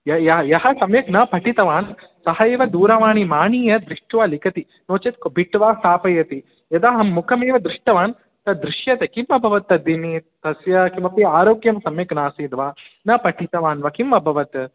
यः सम्यक् न पठितवान् सः एव दूरवाणीम् आनीय दृष्ट्वा लिखति नो चेत् बिट् वा स्थापयति यदा अहं मुखमेव दृष्टवान् तत् दृश्यते किम् अभवत् तद्दिने तस्य किमपि आरोग्यं सम्यक् नासीत् वा न पठितवान् वा किम् अभवत्